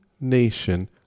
nation